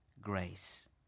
grace